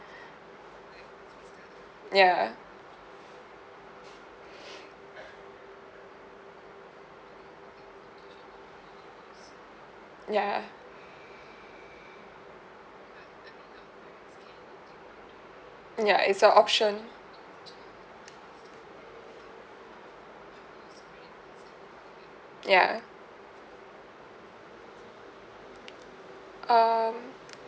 ya ya mm ya it's a option ya um